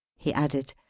he added.